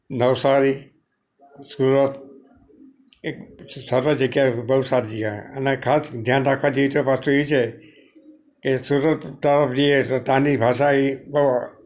નવસારી સુરત એક સરસ જગ્યા બહુ સારી જગ્યા છે અને ખાસ ધ્યાન રાખવા જેવી બાબત વસ્તુ એ છે કે ત્યાંની ભાષા એ ત